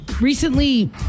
recently